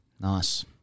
Nice